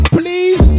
please